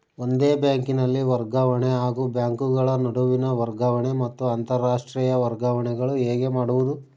ಒಂದೇ ಬ್ಯಾಂಕಿನಲ್ಲಿ ವರ್ಗಾವಣೆ ಹಾಗೂ ಬ್ಯಾಂಕುಗಳ ನಡುವಿನ ವರ್ಗಾವಣೆ ಮತ್ತು ಅಂತರಾಷ್ಟೇಯ ವರ್ಗಾವಣೆಗಳು ಹೇಗೆ ಮಾಡುವುದು?